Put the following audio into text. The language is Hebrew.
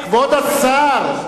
כבוד השר,